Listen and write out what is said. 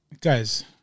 Guys